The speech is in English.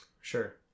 Sure